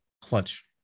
clutch